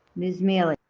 ms. miele?